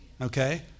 Okay